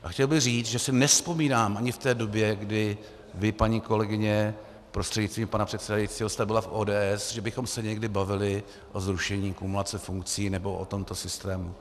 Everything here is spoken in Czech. A chtěl bych říct, že si nevzpomínám, ani v té době, kdy vy, paní, kolegyně prostřednictvím pana předsedajícího, jste byla v ODS, že bychom se někdy bavili o zrušení kumulace funkcí nebo o tomto systému.